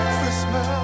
Christmas